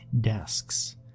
desks